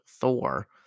Thor